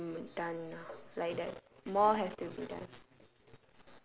has to be done ah like there's more has to be done